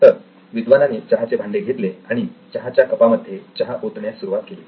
तर विद्वानाने चहाचे भांडे घेतले आणि चहाच्या कपा मध्ये चहा ओतण्यास सुरुवात केली